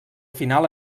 final